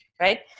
right